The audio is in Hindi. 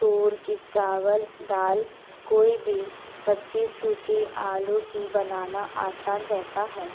तुअर की चावल दाल कोई भी सब्ज़ी सुखी आलू की बनाना आसान रहता है